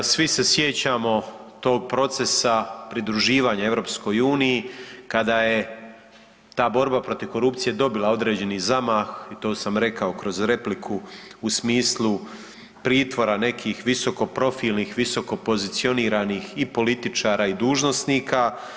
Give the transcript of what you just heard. Svi se sjećamo tog procesa pridruživanja Europskoj uniji kada je ta borba protiv korupcije dobila određeni zamah i to sam rekao kroz repliku u smislu pritvora nekih visokoprofilnih, visokopozicioniranih i političara i dužnosnika.